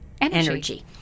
energy